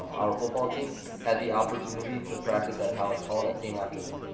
our football team had the opportunity to practice at hal's hall that same afternoon.